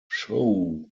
shou